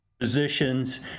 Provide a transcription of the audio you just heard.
physicians